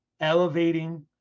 elevating